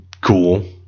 cool